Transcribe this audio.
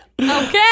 Okay